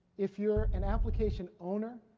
if you were an application owner